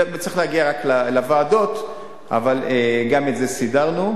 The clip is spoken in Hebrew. זה צריך להגיע לוועדות, אבל גם את זה סידרנו.